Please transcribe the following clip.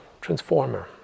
transformer